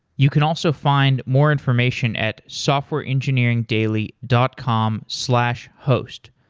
you can also find more information at softwareengineeringdaily dot com slash host.